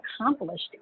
accomplished